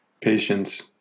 Patience